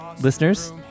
Listeners